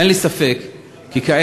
אין לי ספק כי כעת,